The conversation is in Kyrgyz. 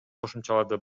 кошумчалады